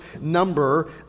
number